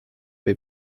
või